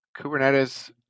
Kubernetes